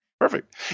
Perfect